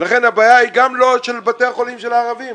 לכן הבעיה היא לא של בתי החולים של הערבים.